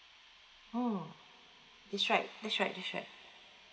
oh that's right that's right that's right